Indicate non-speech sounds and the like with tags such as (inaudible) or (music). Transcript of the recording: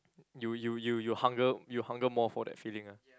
you you you you hunger you hunger more for that feeling ah (noise)